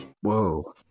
Whoa